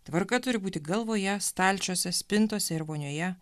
tvarka turi būti galvoje stalčiuose spintose ir vonioje